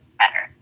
better